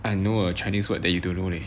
I know a chinese word that you don't know leh